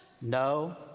No